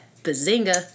bazinga